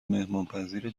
مهمانپذیر